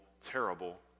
terrible